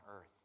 earth